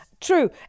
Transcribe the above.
True